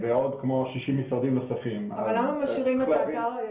מדוע, אם יש סיבה חוקית שבגללה לא מפרסמים, ו-ב',